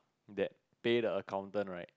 that pay the accountant right